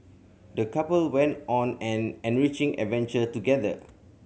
the couple went on an enriching adventure together